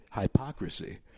hypocrisy